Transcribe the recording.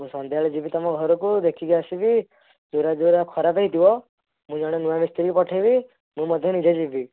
ମୁଁ ସନ୍ଧ୍ୟାବେଳେ ଯିବି ତମ ଘରକୁ ଦେଖିକି ଆସିବି ସେଗୁଡା ଯେଉଁଗୁଡ଼ା ଖରାପ ହେଇଥିବ ମୁଁ ଜଣେ ନୂଆଁ ମିସ୍ତ୍ରୀକୁ ପଠେଇବି ମୁଁ ମଧ୍ୟ ନିଜେ ଯିବି